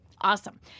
awesome